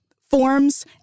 forms